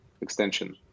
extension